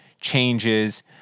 changes